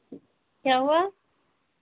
क्या हुआ